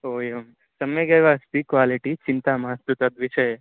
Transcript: ओ एवं सम्यगेव अस्ति क्वालिटि चिन्ता मास्तु तद् विषये